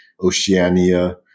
Oceania